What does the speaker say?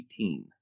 18